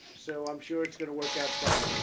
so, i'm sure it's going to work out fine.